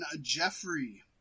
Jeffrey